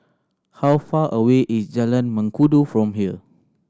how far away is Jalan Mengkudu from here